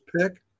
pick